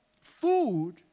food